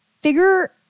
figure